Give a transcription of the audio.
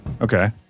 Okay